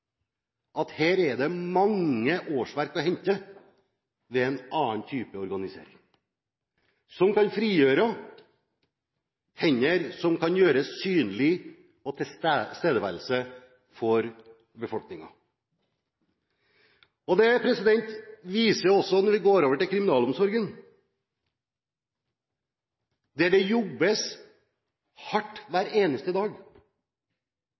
at her er det mange årsverk å hente ved en annen type organisering, som kan frigjøre hender som kan gjøres synlige, og tilstedeværelse for befolkningen. Det samme viser seg når vi går over til kriminalomsorgen, der det jobbes hardt hver eneste dag,